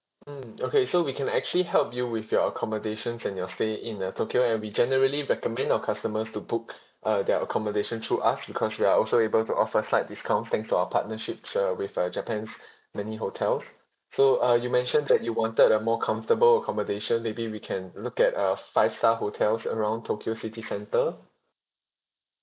mm okay so we can actually help you with your accommodations and your stay in uh tokyo and we generally recommend our customers to book uh their accommodation through us because we are also able to offer slight discounts thanks to our partnerships uh with uh japan's many hotels so uh you mentioned that you wanted a more comfortable accommodation maybe we can look at uh five star hotels around tokyo city centre